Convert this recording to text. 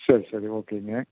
சரி சரி ஓகேங்க